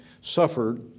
Suffered